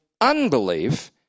unbelief